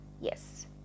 yes